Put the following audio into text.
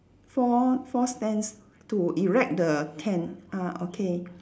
four four stands to erect the tent ah okay